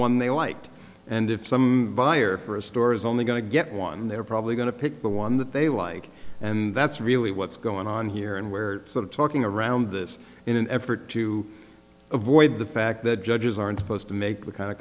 one they liked and if some buyer for a store is only going to get one they're probably going to pick the one that they like and that's really what's going on here and we're sort of talking around this in an effort to avoid the fact that judges aren't supposed to make the kind of